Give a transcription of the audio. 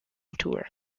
tour